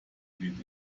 weht